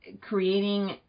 creating